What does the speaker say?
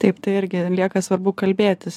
taip tai irgi lieka svarbu kalbėtis